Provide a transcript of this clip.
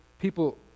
people